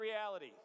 reality